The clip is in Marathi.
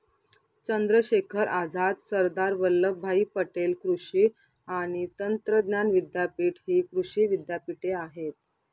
चंद्रशेखर आझाद, सरदार वल्लभभाई पटेल कृषी आणि तंत्रज्ञान विद्यापीठ हि कृषी विद्यापीठे आहेत